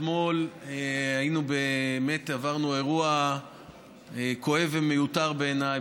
אנחנו אתמול עברנו אירוע כואב ומיותר בעיניי,